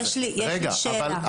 יש לי שאלה --- רגע,